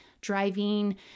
driving